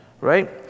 Right